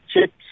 chips